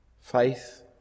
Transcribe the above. faith